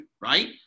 right